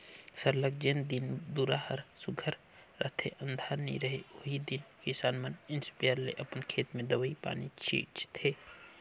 सरलग जेन दिन दुरा हर सुग्घर रहथे अंधार नी रहें ओही दिन किसान मन इस्पेयर ले अपन खेत में दवई पानी छींचथें